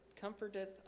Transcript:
comforteth